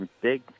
Big